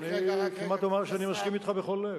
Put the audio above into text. אני כמעט אומר שאני מסכים אתך בכל לב.